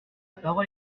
parole